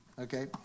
Okay